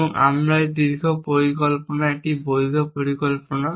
এবং আমার একটি দীর্ঘ পরিকল্পনা একটি বৈধ পরিকল্পনা